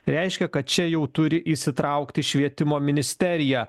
reiškia kad čia jau turi įsitraukti švietimo ministerija